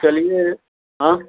चलिए हाँ